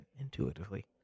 intuitively